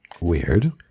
Weird